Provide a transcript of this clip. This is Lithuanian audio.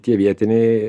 tie vietiniai